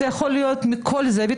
זה יכול להיות מכל זווית,